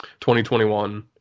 2021